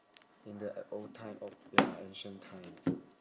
in the old time old ya ancient time